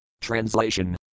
Translation